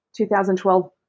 2012